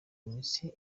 imitsi